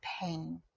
pain